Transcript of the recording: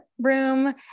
room